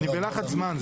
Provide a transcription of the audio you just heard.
אני בלחץ של זמן.